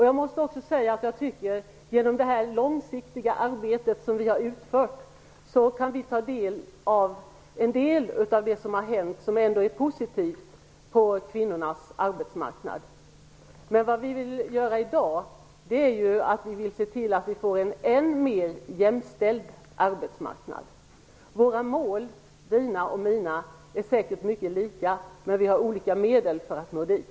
Jag tycker att vi genom det långsiktiga arbete som vi har utfört kan ta åt oss av en del av det positiva som har hänt på kvinnornas arbetsmarknad. Det vi vill göra i dag är att se till att vi får en ännu mer jämställd arbetsmarknad. Våra mål, dina och mina, är säkert mycket lika, men vi har olika medel för att nå dit.